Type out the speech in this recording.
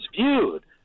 viewed